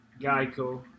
Geico